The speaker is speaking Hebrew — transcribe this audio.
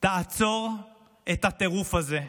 תעצור את הטירוף הזה.